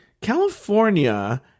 California